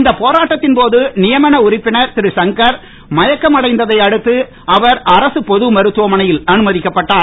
இந்த போராட்டத்தின் போது நியமன உறுப்பினர் திருசங்கர் மயக்கம் அடைந்ததை அடுத்து அவர் அரகு பொது மருத்துவமனையில் அனுமதிக்கப்பட்டார்